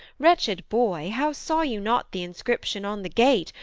wretched boy, how saw you not the inscription on the gate,